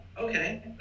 okay